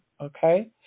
okay